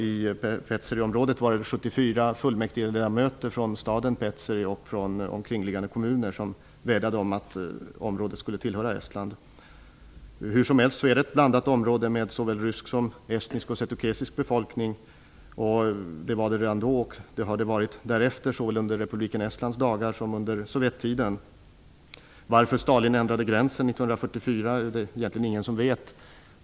I Petseriområdet var det 74 fullmäktigeledamöter från staden Petseri och från omkringliggande kommuner som vädjade om att området skulle få tillhöra Estland. Det är ett blandat område med såväl rysk som setukesisk befolkning. Det var det redan på den tiden och det har det varit därefter, såväl under republikens Estlands dagar som under Sovjettiden. Skälet till att Stalin ändrade gränsen 1944 är det egentligen ingen som känner till.